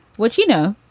which, you know,